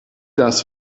das